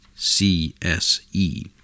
C-S-E